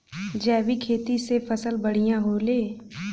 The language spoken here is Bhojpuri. जैविक खेती से फसल बढ़िया होले